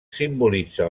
simbolitza